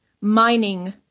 mining